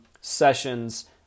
sessions